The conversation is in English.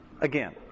again